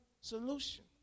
solution